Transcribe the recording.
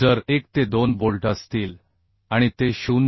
जर 1 ते 2 बोल्ट असतील आणि ते 0